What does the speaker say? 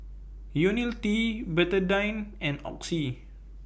Ionil T Betadine and Oxy